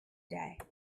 day